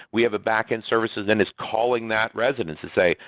we have a backend service who then is calling that residence to say,